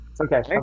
Okay